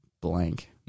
blank